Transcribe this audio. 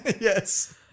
Yes